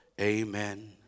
amen